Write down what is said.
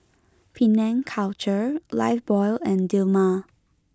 Penang Culture Lifebuoy and Dilmah